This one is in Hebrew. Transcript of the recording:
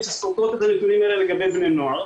שסותרות את הנתונים האלה לגבי בני נוער,